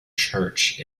church